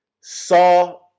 saw